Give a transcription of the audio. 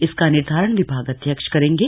इसका निर्धारण विभागाध्यक्ष करेंगे